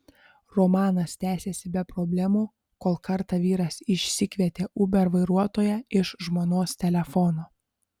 romanas tęsėsi be problemų kol kartą vyras išsikvietė uber vairuotoją iš žmonos telefono